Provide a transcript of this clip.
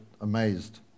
amazed